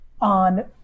on